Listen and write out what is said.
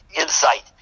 insight